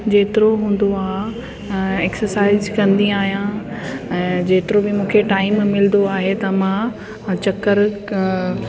जेतिरो हूंदो आहे एक्सरसाइज़ कंदी आहियां ऐं जेतिरो बि मूंखे टाइम मिलंदो आहे त मां चकरु